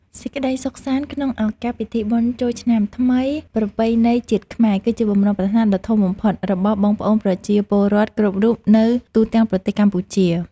សេចក្តីសុខសាន្តក្នុងឱកាសពិធីបុណ្យចូលឆ្នាំថ្មីប្រពៃណីជាតិខ្មែរ គឺជាបំណងប្រាថ្នាដ៏ធំបំផុតរបស់បងប្អូនប្រជាពលរដ្ឋគ្រប់រូបនៅទូទាំងប្រទេសកម្ពុជា។